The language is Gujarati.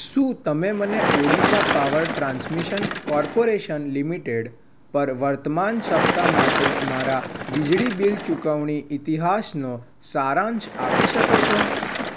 શું તમે મને Odisha power transmission corporation limited પર વર્તમાન સપ્તાહ માટે મારા વીજળી બિલ ચુકવણી ઈતિહાસનો સારાંશ આપી શકો છો